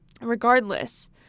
Regardless